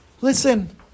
listen